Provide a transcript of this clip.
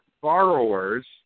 borrowers